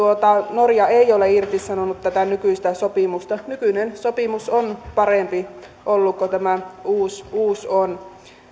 norja ei ole irtisanonut nykyistä sopimusta nykyinen sopimus on ollut parempi kuin tämä uusi uusi on